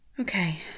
Okay